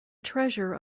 treasure